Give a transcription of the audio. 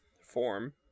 form